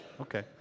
Okay